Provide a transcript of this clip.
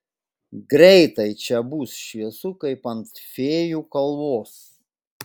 greitai čia bus šviesu kaip ant fėjų kalvos